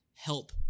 Help